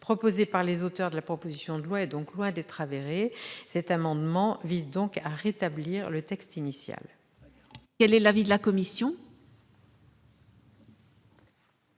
proposé par les auteurs de la proposition de loi est loin d'être avéré. Cet amendement vise donc à rétablir le texte initial. Quel est l'avis de la commission ?